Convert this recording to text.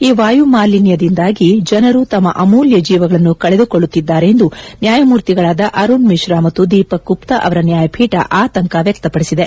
ಈ ವಾಯುಮಾಲಿನ್ಯದಿಂದಾಗಿ ಜನರು ತಮ್ಮ ಅಮೂಲ್ಯ ಜೀವಗಳನ್ನು ಕಳೆದುಕೊಳ್ಳುತ್ತಿದ್ದಾರೆ ಎಂದು ನ್ಯಾಯಮೂರ್ತಿಗಳಾದ ಅರುಣ್ ಮಿಶ್ರಾ ಮತ್ತು ದೀಪಕ್ ಗುಪ್ತಾ ಅವರ ನ್ಯಾಯಪೀಠ ಆತಂಕ ವ್ಯಕ್ತಪದಿಸಿದೆ